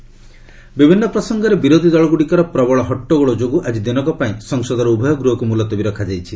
LS adjourned ବିଭିନ୍ନ ପ୍ରସଙ୍ଗରେ ବିରୋଧି ଦଳଗୁଡିକର ପ୍ରବଳ ହଟ୍ଟଗୋଳ ଯୋଗୁଁ ଆକ୍ଟି ଦିନକ ପାଇଁ ସଂସଦର ଉଭୟ ଗୃହକୁ ମୁଲତବୀ ରଖାଯାଇଛି